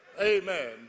amen